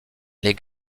les